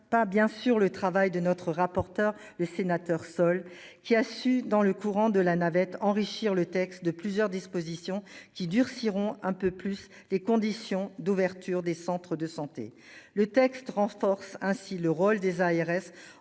pas bien sûr le travail de notre rapporteure les sénateurs. Qui a su dans le courant de la navette enrichir le texte de plusieurs dispositions qui durcirent un peu plus les conditions d'ouverture des centres de santé. Le texte renforce ainsi le rôle des ARS